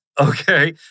Okay